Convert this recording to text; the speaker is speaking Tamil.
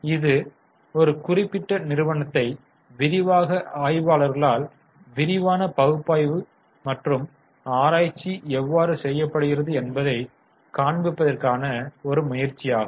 இது ஒரு குறிப்பிட்ட நிறுவனத்தை விரிவாகப் ஆய்வாளரால் விரிவான பகுப்பாய்வு மற்றும் ஆராய்ச்சி எவ்வாறு செய்யப்படுகிறது என்பதை காண்பிப்பதற்கான ஒரு முயற்சியாகும்